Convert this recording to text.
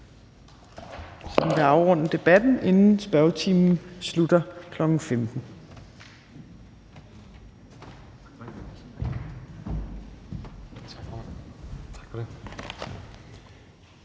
som vil afrunde debatten, inden spørgetiden starter kl. 15.00.